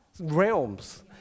realms